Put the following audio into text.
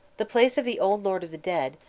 the place of the old lord of the dead,